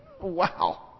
wow